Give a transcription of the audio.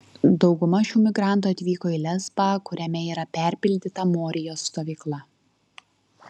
dauguma šių migrantų atvyko į lesbą kuriame yra perpildyta morijos stovykla